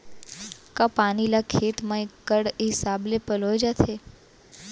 का पानी ला खेत म इक्कड़ हिसाब से पलोय जाथे?